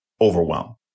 overwhelm